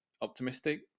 optimistic